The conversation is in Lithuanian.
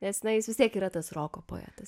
nes na jis vis tiek yra tas roko poetas